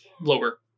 lower